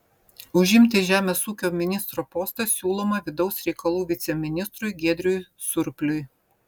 užimti žemės ūkio ministro postą siūloma vidaus reikalų viceministrui giedriui surpliui